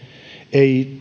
ei